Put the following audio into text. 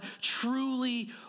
truly